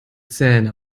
zähne